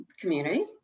community